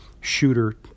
shooter